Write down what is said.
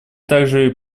также